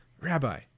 Rabbi